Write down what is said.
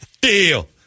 Deal